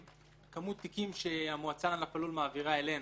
כמות התיקים שהמועצה לענף הלול מעבירה אלינו